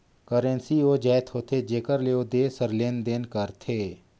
currency ओ जाएत होथे जेकर ले ओ देस हर लेन देन करथे